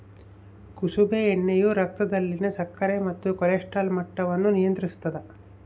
ಕುಸುಮೆ ಎಣ್ಣೆಯು ರಕ್ತದಲ್ಲಿನ ಸಕ್ಕರೆ ಮತ್ತು ಕೊಲೆಸ್ಟ್ರಾಲ್ ಮಟ್ಟವನ್ನು ನಿಯಂತ್ರಿಸುತ್ತದ